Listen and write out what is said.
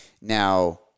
now